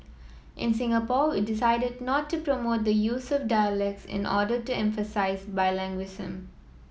in Singapore we decided not to promote the use of dialects in order to emphasise bilingualism